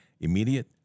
immediate